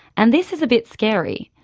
and this is a bit scary.